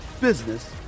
business